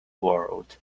world